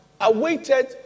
awaited